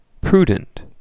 prudent